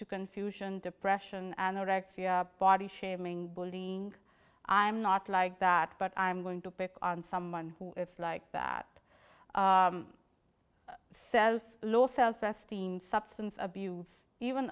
to confusion depression anorexia body shaming bullying i'm not like that but i'm going to pick on someone like that says low self esteem substance abuse even